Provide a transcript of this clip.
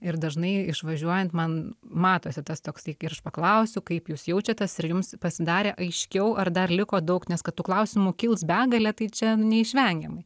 ir dažnai išvažiuojant man matosi tas toksai ir aš paklausiu kaip jūs jaučiatės ir jums pasidarė aiškiau ar dar liko daug nes kad tų klausimų kils begalė tai čia nu neišvengiamai